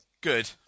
Good